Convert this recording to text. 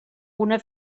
una